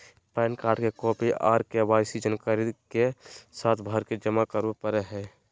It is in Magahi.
पैन कार्ड के कॉपी आर के.वाई.सी जानकारी के साथ भरके जमा करो परय हय